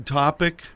topic